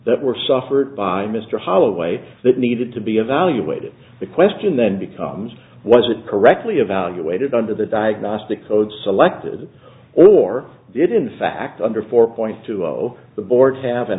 that were suffered by mr holloway that needed to be evaluated the question then becomes was it correctly evaluated under the diagnostic code selected or did in fact under four point two zero the board have an